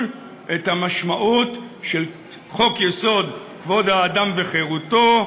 את המשמעות של חוק-יסוד: כבוד האדם וחירותו,